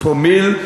פרומיל,